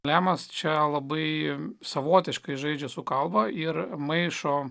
klemas čia labai savotiškai žaidžia su galva ir maišo